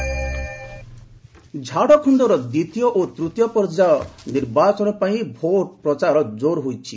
Jharkhand election ଝାଡ଼ଖଣ୍ଡର ଦ୍ୱିତୀୟ ଓ ତୂତୀୟ ପର୍ଯ୍ୟାୟ ନିର୍ବାଚନ ପାଇଁ ଭୋଟ୍ ପ୍ରଚାର ଜୋର୍ଦାର୍ ହୋଇଛି